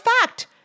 fact